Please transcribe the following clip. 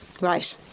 Right